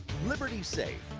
liberty safe.